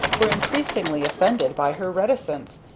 were increasingly offended by her reticence,